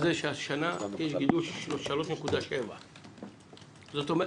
זה שהשנה יש גידול של 3.7%. זאת אומרת,